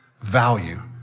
value